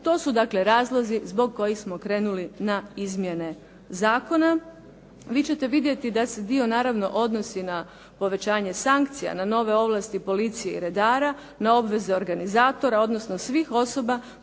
To su dakle razlozi zbog kojih smo krenuli na izmjene zakona. Vi ćete vidjeti da se dio naravno odnosi na povećanje sankcija, na nove ovlasti policije i redara, na obveze organizatora, odnosno svih osoba